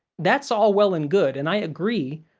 that's all well and good, and i agree,